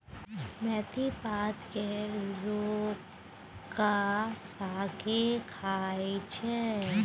मेथी पात केर लोक सागो खाइ छै